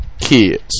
kids